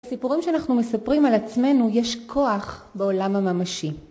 לסיפורים שאנחנו מספרים על עצמנו יש כוח בעולם הממשי.